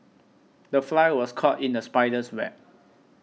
the fly was caught in the spider's web